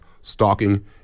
stalking